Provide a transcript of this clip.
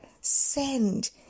Send